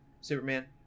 Superman